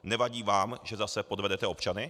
Nevadí vám, že zase podvedete občany?